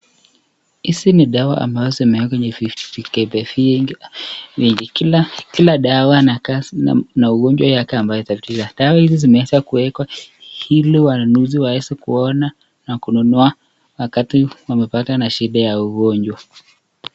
hizi ni dawa ambazo zimewekwa kwenye vikebe vingi kila dawa na kazi na ugonjwa yake ambaye, dawa hizi zimeweza kuwekwa ili wanunuzi waeze kuona na kununua wakati wamepatwa shida ya ugonjwa